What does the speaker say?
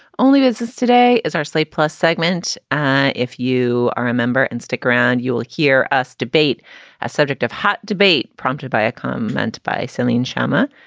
only is this. today is our slate plus segment ah if you ah remember and stick around, you'll hear us debate a subject of hot debate prompted by a comment by celine chama,